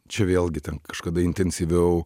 čia vėlgi ten kažkada intensyviau